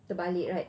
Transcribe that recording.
terbalik right